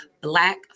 black